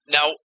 Now